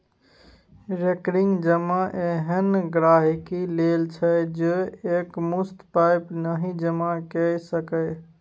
recurring जमा एहन गांहिकी लेल छै जे एकमुश्त पाइ नहि जमा कए सकैए